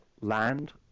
land